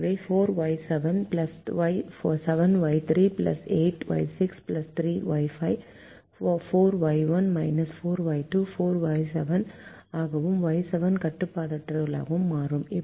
எனவே 4Y7 7Y3 8Y6 3Y5 4Y1 4Y2 4Y7 ஆகவும் Y7 கட்டுப்பாடற்றதாகவும் மாறும்